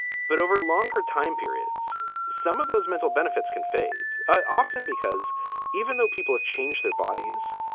but over longer time periods. some of those mental benefits can fades often because even though people have changed their bodies,